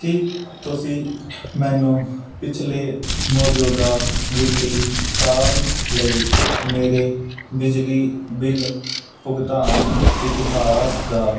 ਕੀ ਤੁਸੀਂ ਮੈਨੂੰ ਪਿਛਲੇ ਮੌਜੂਦਾ ਵਿੱਤੀ ਸਾਲ ਲਈ ਮੇਰੇ ਬਿਜਲੀ ਬਿੱਲ ਭੁਗਤਾਨ ਇਤਿਹਾਸ ਦਾ